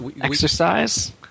exercise